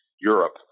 Europe